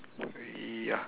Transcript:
ya